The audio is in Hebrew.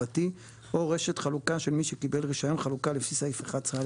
או רשת חלוקה של מי שקיבל רישיון חלוקה לפי סעיף 11א",